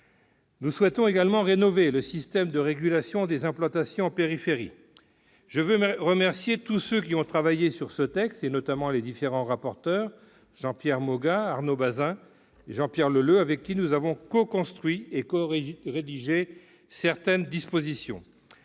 Nous souhaitons également rénover le système de régulation des implantations en périphérie. Je tiens à remercier tous ceux qui ont travaillé sur ce texte, notamment les différents rapporteurs, Jean-Pierre Moga, Arnaud Bazin et Jean-Pierre Leleux, avec lesquels nous avons coconstruit et corédigé certaines dispositions.